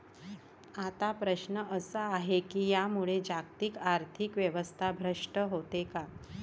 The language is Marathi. आता प्रश्न असा आहे की यामुळे जागतिक आर्थिक व्यवस्था भ्रष्ट होते का?